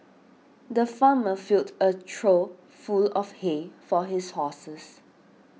the farmer filled a trough full of hay for his horses